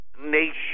nation